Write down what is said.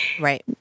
Right